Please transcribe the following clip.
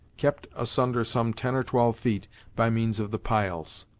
kept asunder some ten or twelve feet by means of the piles.